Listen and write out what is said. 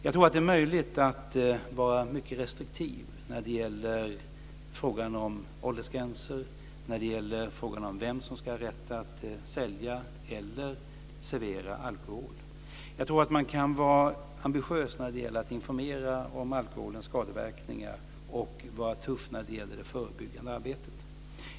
Jag tror att det är möjligt att vara mycket restriktiv när det gäller frågan om åldersgränser och när det gäller frågan om vem som ska ha rätt att sälja eller servera alkohol. Jag tror att man kan vara ambitiös när det gäller att informera om alkoholens skadeverkningar och vara tuff när det gäller det förebyggande arbetet.